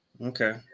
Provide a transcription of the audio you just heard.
Okay